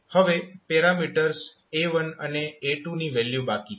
હવે parameters A1 અને A2 ની વેલ્યુ બાકી છે